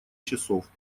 часов